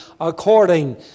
according